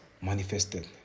manifested